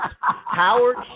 Howard